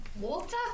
Walter